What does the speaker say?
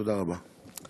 תודה רבה.